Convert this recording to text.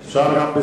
הסדרנים,